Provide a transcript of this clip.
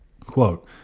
quote